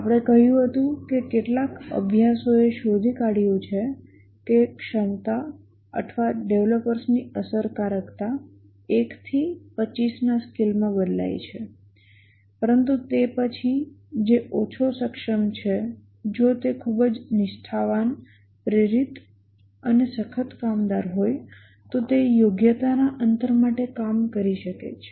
આપણે કહ્યું હતું કે કેટલાક અભ્યાસોએ શોધી કાઢયુ છે કે ક્ષમતા અથવા ડેવલપર્સની અસરકારકતા 1 થી 25 ના સ્કેલમાં બદલાય છે પરંતુ તે પછી જે ઓછો સક્ષમ છે જો તે ખૂબ જ નિષ્ઠાવાન પ્રેરિત અને સખત કામદાર હોય તો તે યોગ્યતાના અંતર માટે કામ કરી શકે છે